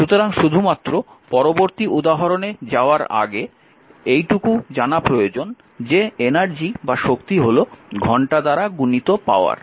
সুতরাং শুধুমাত্র পরবর্তী উদাহরণে যাওয়ার আগে এইটুকু জানা প্রয়োজন যে শক্তি হল ঘন্টা দ্বারা গুণিত পাওয়ার